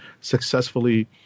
successfully